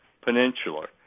peninsula